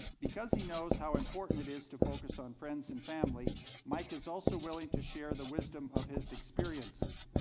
because he knows how important it is to focus on friends and family mike is also willing to share the wisdom of his experiences.